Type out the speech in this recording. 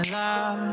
love